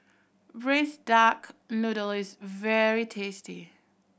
Braised Duck Noodle is very tasty